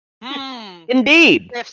indeed